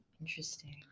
Interesting